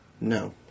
No